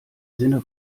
sinne